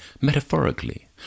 metaphorically